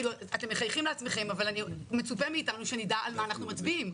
אתם מחייכים לעצמכם אבל מצופה מאיתנו שנדע על מה אנחנו מצביעים,